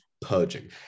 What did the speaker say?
purging